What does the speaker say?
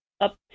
Up